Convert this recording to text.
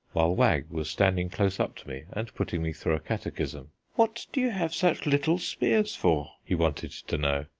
while wag was standing close up to me and putting me through a catechism. what do you have such little spears for? he wanted to know,